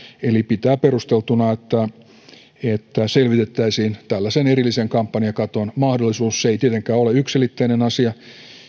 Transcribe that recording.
eli pitää perusteltuna että selvitettäisiin tällaisen erillisen kampanjakaton mahdollisuus se ei tietenkään ole yksiselitteinen asia